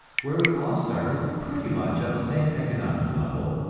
where we all started pretty much on the same economic level,